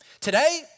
today